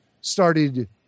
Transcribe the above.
started